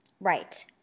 Right